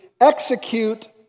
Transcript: execute